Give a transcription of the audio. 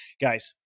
Guys